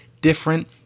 different